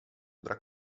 tra